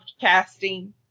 casting